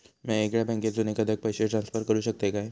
म्या येगल्या बँकेसून एखाद्याक पयशे ट्रान्सफर करू शकतय काय?